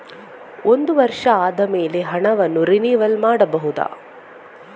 ಒಂದು ವರ್ಷ ಆದಮೇಲೆ ಹಣವನ್ನು ರಿನಿವಲ್ ಮಾಡಬಹುದ?